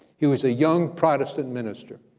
he was a young protestant minister,